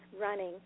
running